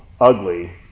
ugly